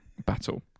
battle